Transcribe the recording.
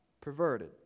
Perverted